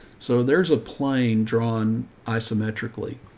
so there's a plane drawn isometrically.